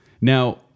Now